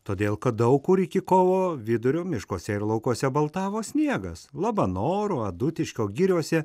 todėl kad daug kur iki kovo vidurio miškuose ir laukuose baltavo sniegas labanoro adutiškio giriose